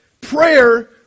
Prayer